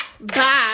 Bye